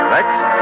Next